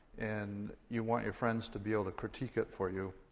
and you want your friends to be able to critique it for you.